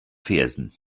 fersen